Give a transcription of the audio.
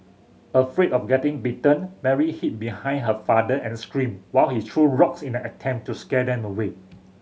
afraid of getting bitten Mary hid behind her father and screamed while he threw rocks in an attempt to scare them away